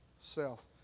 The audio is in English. self